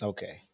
Okay